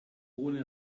ohne